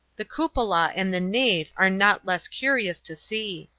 the cupola and the nave are not less curious to see.